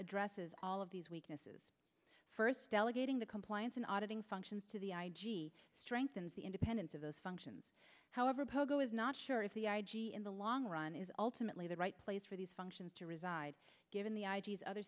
addresses all of these weaknesses first delegating the compliance and auditing functions to the id strengthens the independence of those functions however pogo is not sure if the i g in the long run is ultimately the right place for these functions to reside given the